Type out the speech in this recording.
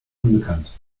unbekannt